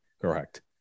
correct